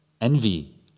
envy